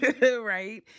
right